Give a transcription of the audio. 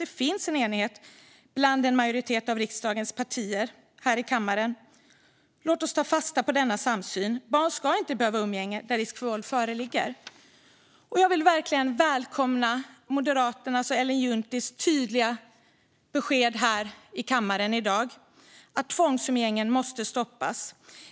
Det finns en enighet bland en majoritet av riksdagens partier här i kammaren. Låt oss ta fasta på denna samsyn. Barn ska inte behöva ha umgänge där risk för våld föreligger. Jag vill verkligen välkomna Moderaternas och Ellen Junttis tydliga besked här i kammaren i dag, att tvångsumgänge måste stoppas.